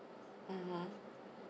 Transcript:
(uh huh)